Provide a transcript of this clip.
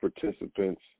participants